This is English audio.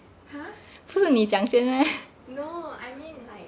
!huh! no I mean like